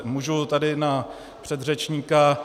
Můžu tady na předřečníka.